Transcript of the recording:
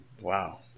Wow